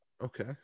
Okay